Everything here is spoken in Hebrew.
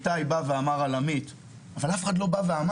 איתי בא ואמר על עמית, אבל אף אחד אחר לא בא ואמר.